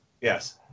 Yes